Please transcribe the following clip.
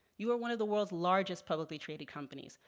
you are one of the world's largest publicly traded companies.